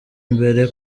imbere